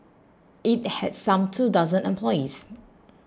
it had some two dozen employees